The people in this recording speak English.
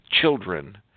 children